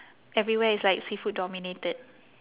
everywhere is like seafood dominated